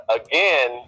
again